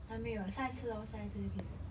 还没有啦下一次哦下一次就可以 vote 了